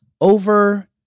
over